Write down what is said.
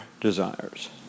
desires